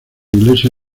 iglesia